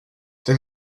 then